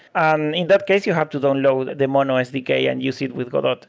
um in that case, you have to download the mono sdk and use it with godot.